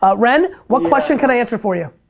ah ren, what question can i answer for you?